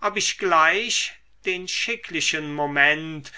ob ich gleich den schicklichen moment